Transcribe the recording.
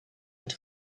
het